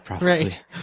Right